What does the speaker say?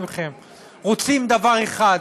רוצים דבר אחד,